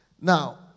Now